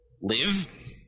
live